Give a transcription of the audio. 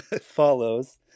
follows